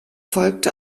folgte